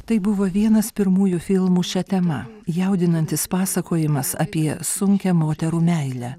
tai buvo vienas pirmųjų filmų šia tema jaudinantis pasakojimas apie sunkią moterų meilę